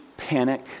panic